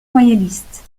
royalistes